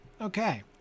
Okay